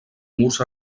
murs